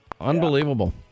Unbelievable